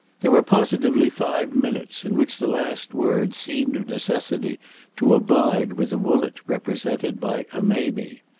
there were positively five minutes in which the last word seemed of necessity to abide with a woollett represented by a mamie.